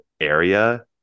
area